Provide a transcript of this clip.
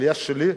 העלייה שלי,